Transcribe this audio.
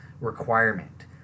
requirement